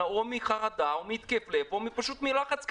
או מחרדה או מהתקף לב או פשוט מלחץ כלכלי.